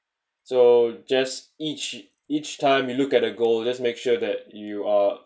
so just each each time we look at a goal just make sure that you are